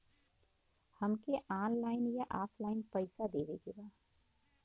हमके ऑनलाइन या ऑफलाइन पैसा देवे के बा?